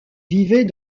vivait